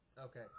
Okay